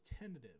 tentative